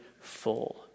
full